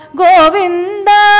govinda